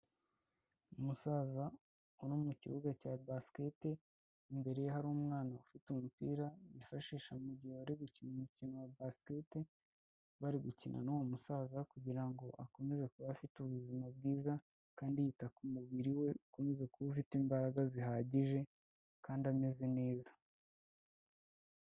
Umusaza uri mu kibuga cya basiketi imbere ye hari umwana ufite umupira bifashisha mugihe bari gukina umukino wa basiketi bari gukina n'uwo musaza kugirango akomeze kuba afite ubuzima bwiza kandi yita ku mubiri we ukomezaze kuba ufite imbaraga zihagije kandi ameze neza.